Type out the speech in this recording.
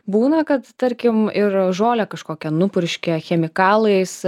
būna kad tarkim ir žolę kažkokią nupurškė chemikalais